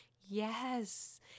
Yes